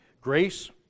grace